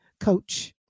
coach